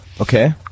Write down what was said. okay